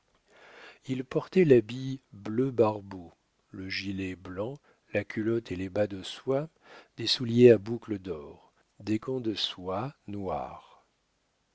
il portait l'habit bleu-barbeau le gilet blanc la culotte et les bas de soie des souliers à boucles d'or des gants de soie noire